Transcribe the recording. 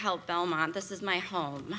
help belmont this is my home